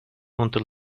until